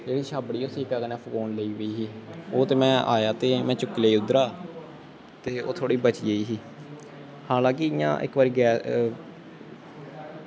ते जेह्ड़ी छाबड़ी सेके कन्नै फकोन लग्गी पेई ही ओह् में आया ते चुक्की लेई ही ते ओह् थोह्ड़ी बची गेई ही हालां'के इक्क बारी इ'या